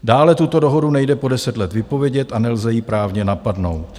Dále, tuto dohodu nejde po 10 let vypovědět a nelze ji právně napadnout.